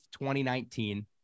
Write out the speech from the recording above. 2019